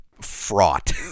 fraught